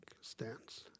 stance